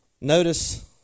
notice